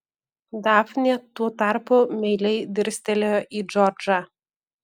dafnė tuo tarpu meiliai dirstelėjo į džordžą